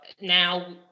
now